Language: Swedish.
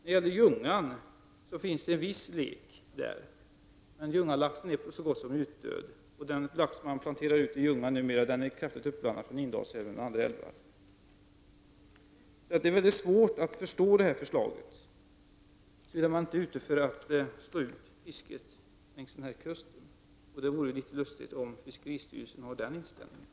I Ljungan förekommer det lek i viss utsträckning, men Ljunganlaxen är så gott som utdöd, och den lax som numera planteras ut i Ljungan är kraftigt uppblandad med lax från Indalsälven och andra älvar. Därför är det mycket svårt att förstå det här förslaget, såvida avsikten inte är att slå ut fisket längs kusten i fråga. Men det vore ju litet konstigt om fiskeristyrelsen hade den inställningen.